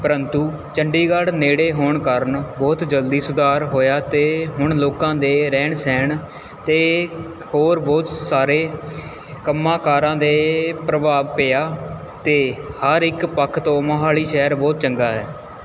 ਪ੍ਰੰਤੂ ਚੰਡੀਗੜ੍ਹ ਨੇੜੇ ਹੋਣ ਕਾਰਨ ਬਹੁਤ ਜਲਦੀ ਸੁਧਾਰ ਹੋਇਆ ਅਤੇ ਹੁਣ ਲੋਕਾਂ ਦੇ ਰਹਿਣ ਸਹਿਣ ਅਤੇ ਹੋਰ ਬਹੁਤ ਸਾਰੇ ਕੰਮਾਂ ਕਾਰਾਂ ਦੇ ਪ੍ਰਭਾਵ ਪਿਆ ਅਤੇ ਹਰ ਇੱਕ ਪੱਖ ਤੋਂ ਮੋਹਾਲੀ ਸ਼ਹਿਰ ਬਹੁਤ ਚੰਗਾ ਹੈ